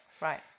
Right